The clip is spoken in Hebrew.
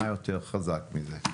מה יותר חזק מזה?